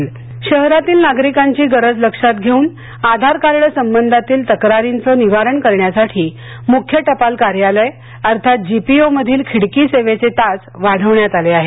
आधार card तक्रार निवारण शहरातील नागरिकांची गरज लक्षात घेऊन आधार कार्ड संबंधातील तक्रारींचं निवारण करण्यासाठी मुख्य टपाल कार्यालय अर्थात जी पी ओ मधील खिडकी सेवेचे तास वाढवण्यात आले आहेत